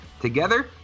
together